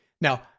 Now